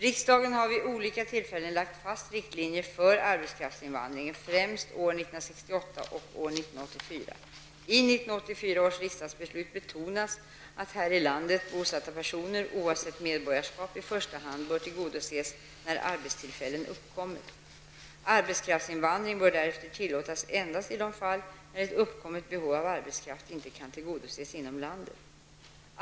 Riksdagen har vid olika tillfällen lagt fast riktlinjer för arbetskraftsinvandringen, främst år 1968 och år I 1984 års riksdagsbeslut betonas att här i landet bosatta personer, oavsett medborgarskap, i första hand bör tillgodoses när arbetstillfällen uppkommer. Arbetskraftsinvandring bör därför tillåtas endast i fall när ett uppkommet behov av arbetskraft inte kan tillgodoses inom landet.